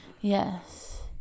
Yes